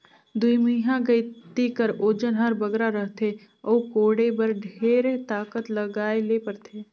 दुईमुहा गइती कर ओजन हर बगरा रहथे अउ कोड़े बर ढेर ताकत लगाए ले परथे